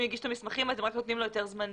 אם הגיש את המסמכים, נותנים לו היתר זמני.